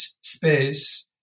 space